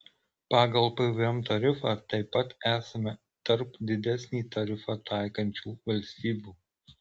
pagal pvm tarifą taip pat esame tarp didesnį tarifą taikančių valstybių